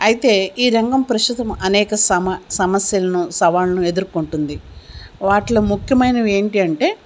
అయితే ఈ రంగం ప్రస్తుతం అనేక సమ సమస్యలను సవాళ్ళను ఎదుర్కొంటుంది వాటిలో ముఖ్యమైనవి ఏంటి అంటే